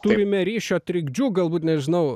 turime ryšio trikdžių galbūt nežinau